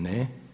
Ne.